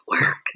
work